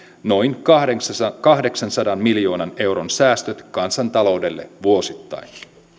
noin kahdeksansadan miljoonan euron säästöt kansantaloudelle vuosittain